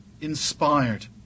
inspired